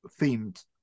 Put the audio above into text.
themed